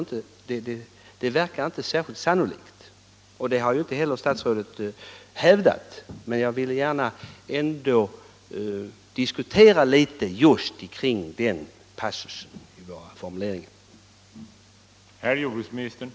Detta verkar inte särskilt sannolikt — det har ju statsrådet inte heller hävdat, vilket finns anledning att understryka.